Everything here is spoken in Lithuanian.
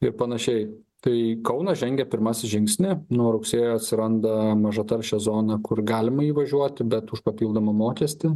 ir panašiai tai kaunas žengia pirmasi žingsnį nuo rugsėjo atsiranda mažataršė zona kur galima įvažiuoti bet už papildomą mokestį